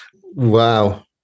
Wow